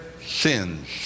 sins